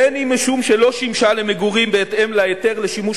בין משום שלא שימשה למגורים בהתאם להיתר לשימוש